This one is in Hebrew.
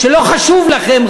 שלא חשוב לכם,